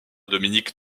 dominique